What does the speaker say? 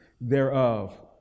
thereof